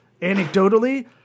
anecdotally